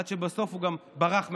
עד שבסוף הוא גם ברח מהישיבה.